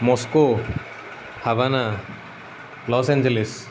Moscow Havana Los Angeles